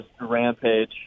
rampage